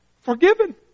Forgiven